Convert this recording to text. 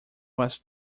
was